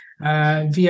Via